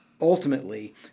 Ultimately